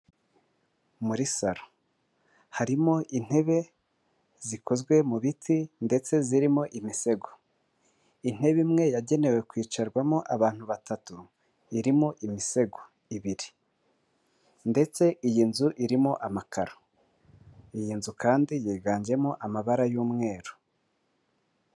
Muri salo harimo intebe zikozwe mu biti ndetse zirimo imisego, intebe imwe yagenewe kwicarwamo abantu batatu irimo imisego ibiri, ndetse iyi nzu irimo amakaro iyi nzu kandi yiganjemo amabara y'umweru.